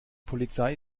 polizei